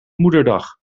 moederdag